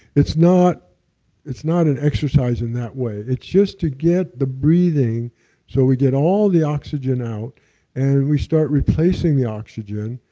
it's not it's not an exercise in that way. it's just to get the breathing so we get all the oxygen out and we start replacing the oxygen.